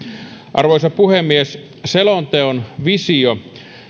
arvoisa puhemies selonteon visio